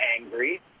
angry